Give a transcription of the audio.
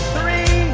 Three